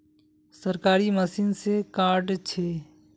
सरकारी मशीन से कार्ड छै?